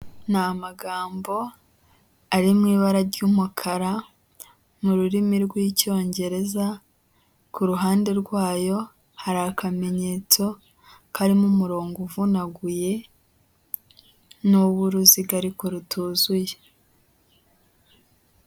Ni magambo ari mu ibara ry'umukara mu rurimi rw'Icyongereza, ku ruhande rwayo hari akamenyetso karimo umurongo uvunaguye n'uw'uruziga ariko rutuzuye.